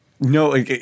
No